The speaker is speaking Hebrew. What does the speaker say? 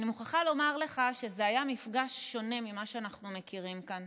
אני מוכרחה לומר לך שזה היה מפגש שונה ממה שאנחנו מכירים כאן.